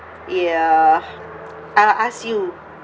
ya I ask you